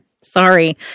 Sorry